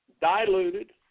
diluted